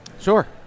Sure